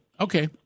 Okay